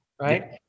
right